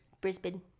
Brisbane